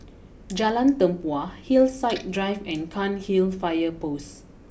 Jalan Tempua Hillside Drive and Cairnhill fire post